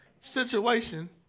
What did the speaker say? situation